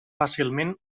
fàcilment